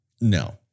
No